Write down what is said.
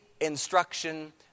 instruction